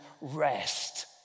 rest